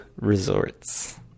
resorts